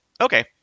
okay